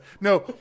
No